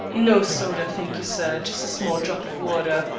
no soda, thank you, sir. just a small drop of water. ah,